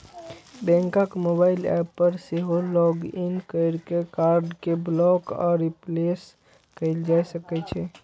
बैंकक mobile app पर सेहो लॉग इन कैर के कार्ड कें ब्लॉक आ रिप्लेस कैल जा सकै छै